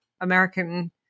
American